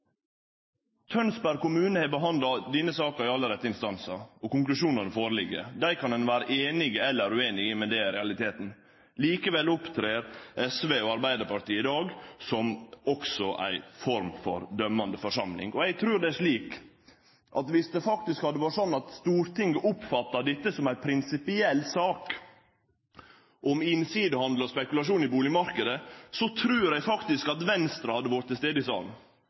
Tønsberg kommune har behandla denne saka i alle rette instansar, og konklusjonen ligg føre. Den kan ein vere einig eller ueinig i, men det er realiteten. Likevel opptrer SV og Arbeidarpartiet i dag også som ei form for dømmande forsamling. Dersom det faktisk hadde vore slik at Stortinget oppfatta dette som ei prinsipiell sak om innsidehandel og spekulasjon i bustadmarknaden, trur eg at Venstre hadde vore til stades i salen. Eg trur Kristeleg Folkeparti hadde vore til stades i salen.